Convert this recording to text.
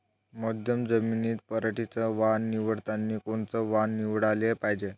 मध्यम जमीनीत पराटीचं वान निवडतानी कोनचं वान निवडाले पायजे?